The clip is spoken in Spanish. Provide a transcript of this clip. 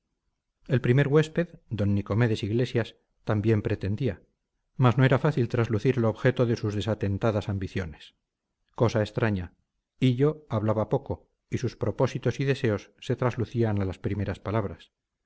el primer huésped d nicomedes iglesias también pretendía mas no era fácil traslucir el objeto de sus desatentadas ambiciones cosa extraña hillo hablaba poco y sus propósitos y deseos se traslucían a las primeras palabras